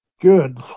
Good